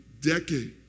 decade